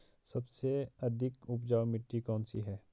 सबसे अधिक उपजाऊ मिट्टी कौन सी है?